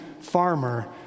farmer